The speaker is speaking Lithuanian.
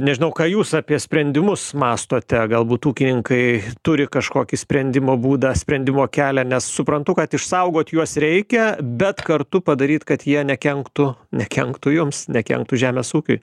nežinau ką jūs apie sprendimus mąstote galbūt ūkininkai turi kažkokį sprendimo būdą sprendimo kelią nes suprantu kad išsaugot juos reikia bet kartu padaryt kad jie nekenktų nekenktų jums nekenktų žemės ūkiui